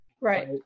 Right